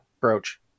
brooch